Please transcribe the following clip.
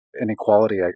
inequality